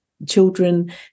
children